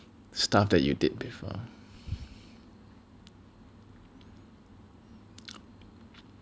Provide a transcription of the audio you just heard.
stuff that you did before